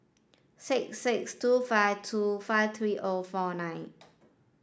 six six two five two five three O four nine